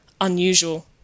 unusual